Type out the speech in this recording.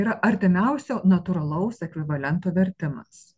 yra artimiausio natūralaus ekvivalento vertimas